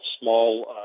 small